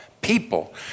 people